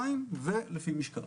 200 ולפי משקל.